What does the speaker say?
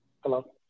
Hello